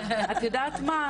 את יודעת מה,